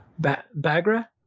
Bagra